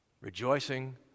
rejoicing